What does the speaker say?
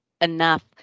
enough